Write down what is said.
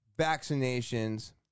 vaccinations